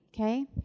Okay